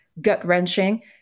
gut-wrenching